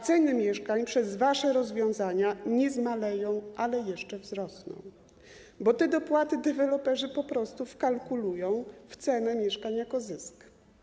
Ceny mieszkań przez wasze rozwiązania nie zmaleją, ale jeszcze wzrosną, bo te dopłaty deweloperzy wkalkulują w cenę mieszkań jako zysk.